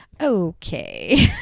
okay